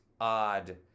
odd